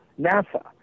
NASA